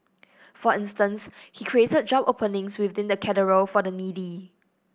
for instance he created job openings within the Cathedral for the needy